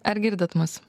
ar girdit mus